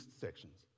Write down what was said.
sections